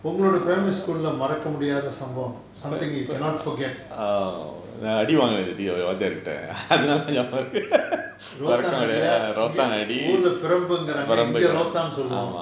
உங்களுடைய:unkaludaya primary school leh மறக்கமுடியாத சம்பவம்: marakka mudiyaatha sambavam something you cannot forget rotan அடியா ஊர்ல பெரம்புங்றாங்க இங்க:adiyaa oorla perambungiraanka inga rotan னு சொல்லுவோம்:nu solluvom